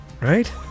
right